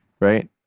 right